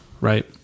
right